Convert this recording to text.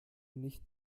nicht